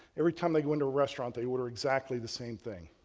every time they go into a restaurant they order exactly the same thing.